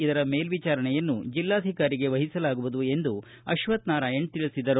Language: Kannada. ಇದರ ಮೇಲ್ವಿಚಾರಣೆಯನ್ನು ಜಿಲ್ಲಾಧಿಕಾರಿಗಳಗೆ ವಹಿಸಲಾಗುವುದು ಎಂದು ಅಶ್ವತ್ಥ ನಾರಾಯಣ ತಿಳಿಸಿದರು